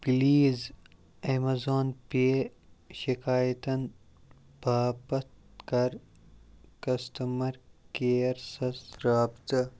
please Amazon پے شِکایتَن باپتھ کَر کسٹٕمَر کِیرسَس رابطہٕ